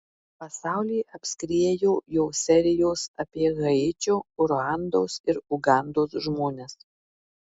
pasaulį apskriejo jo serijos apie haičio ruandos ir ugandos žmones